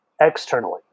externally